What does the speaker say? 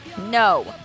No